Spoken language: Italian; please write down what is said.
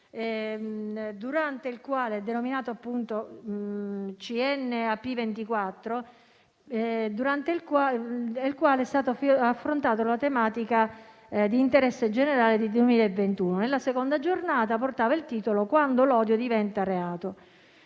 durante il quale sono state affrontate le tematiche di interesse generale per l'anno 2021. La seconda giornata portava il titolo «Quando l'odio diventa reato»